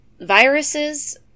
viruses